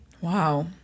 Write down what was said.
Wow